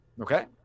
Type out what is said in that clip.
Okay